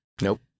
Nope